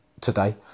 today